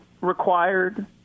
required